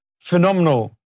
phenomenal